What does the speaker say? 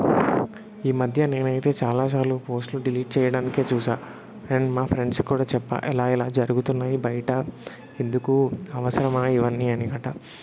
ఈ మధ్య నేనైతే చాలా సార్లు పోస్ట్లు డిలీట్ చేయ్యడానికే చూశా అండ్ మా ఫ్రెండ్స్కి కూడా చెప్పా ఇలా ఇలా జరుగుతున్నాయి బయట ఎందుకూ అవసరమా ఇవన్నీ అనేసట